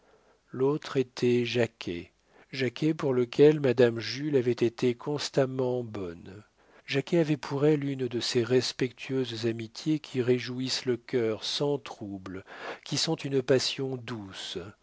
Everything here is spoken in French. l'autre était jacquet jacquet pour lequel madame jules avait été constamment bonne jacquet avait pour elle une de ces respectueuses amitiés qui réjouissent le cœur sans troubles qui sont une passion douce